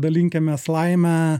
dalinkimės laime